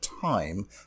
time